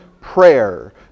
prayer